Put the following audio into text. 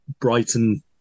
Brighton